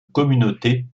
communauté